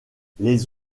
les